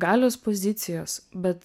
galios pozicijos bet